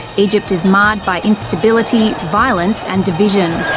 egypt is marred by instability, violence and division.